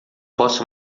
posso